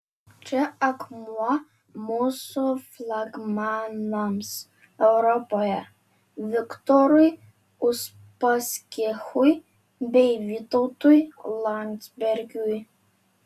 čia akmuo mūsų flagmanams europoje viktorui uspaskichui bei vytautui landsbergiui